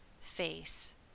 face